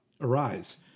arise